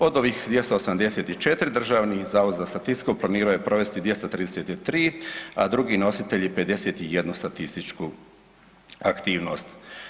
Od ovih 284 Državni zavod za statistiku planirao je provesti 233, a drugi nositelji 51 statističku aktivnost.